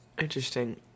Interesting